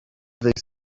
these